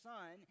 Son